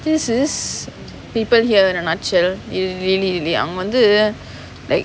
this is people here in a nutshell really really அவங்க வந்து:avanga vanthu